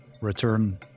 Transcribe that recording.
Return